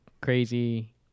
crazy